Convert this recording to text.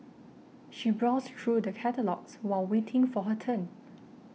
she browsed through the catalogues while waiting for her turn